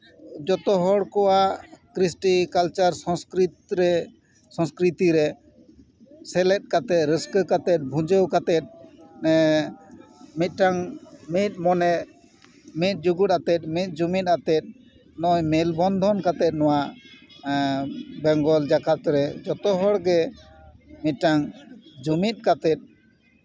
ᱡᱚᱛᱚ ᱦᱚᱲ ᱠᱚᱣᱟᱜ ᱠᱨᱤᱥᱴᱤ ᱠᱟᱞᱪᱟᱨ ᱥᱚᱝᱥᱠᱨᱤᱛ ᱨᱮ ᱥᱚᱝᱥᱠᱨᱤᱛᱤ ᱨᱮ ᱥᱮᱞᱮᱫ ᱠᱟᱛᱮᱜ ᱨᱟᱹᱥᱠᱟᱹ ᱠᱟᱛᱮᱜ ᱵᱷᱩᱡᱟᱹᱣ ᱠᱟᱛᱮᱜ ᱮ ᱢᱤᱫᱴᱟᱱ ᱢᱤᱫ ᱢᱚᱱᱮ ᱢᱤᱫ ᱡᱩᱜᱩᱫ ᱟᱛᱮᱜ ᱢᱤᱫ ᱡᱩᱢᱤᱫ ᱟᱛᱮᱜ ᱢᱮᱞ ᱵᱚᱱᱫᱷᱚᱱ ᱠᱟᱛᱮᱜ ᱱᱚᱣᱟ ᱮ ᱵᱮᱝᱜᱚᱞ ᱡᱟᱠᱟᱛ ᱨᱮ ᱡᱚᱛᱚᱦᱚᱲ ᱜᱮ ᱢᱤᱫᱴᱟᱝ ᱡᱩᱢᱤᱫ ᱠᱟᱛᱮᱜ